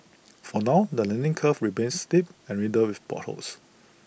for now the learning curve remains steep and riddled with potholes